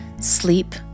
Sleep